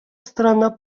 страна